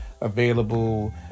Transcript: available